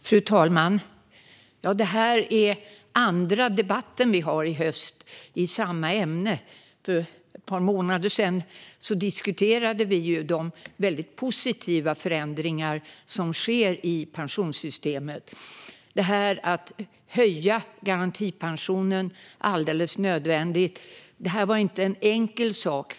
Fru talman! Detta är den andra debatten vi har i höst i samma ämne. För ett par månader sedan diskuterade vi de mycket positiva förändringar som sker i pensionssystemet. Att höja garantipensionen är alldeles nödvändigt. Det var inte en enkel sak.